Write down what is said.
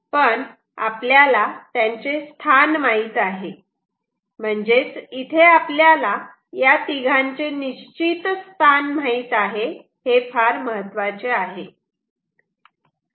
पण आपल्याला त्यांचे स्थान माहीत आहे म्हणजेच इथे आपल्याला या तिघांचे निश्चित स्थान माहित आहे हे फार महत्वाचे आहे